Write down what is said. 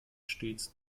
stets